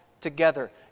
together